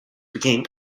became